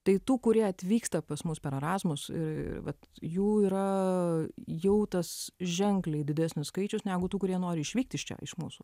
tai tų kurie atvyksta pas mus per erasmus ir vat jų yra jau tas ženkliai didesnis skaičius negu tų kurie nori išvykti iš čia iš mūsų